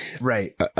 Right